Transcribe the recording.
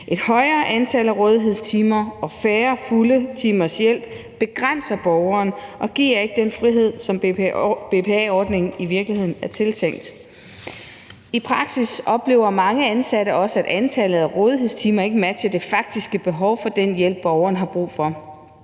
Et højere antal af rådighedstimer og færre fulde timers hjælp begrænser borgeren og giver ikke den frihed, som BPA-ordningen i virkeligheden er tiltænkt at give. I praksis oplever mange ansatte også, at antallet af rådighedstimer ikke matcher det faktiske behov for den hjælp, borgeren har brug for,